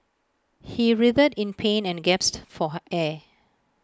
he writhed in pain and gasped for her air